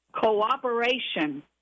cooperation